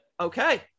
Okay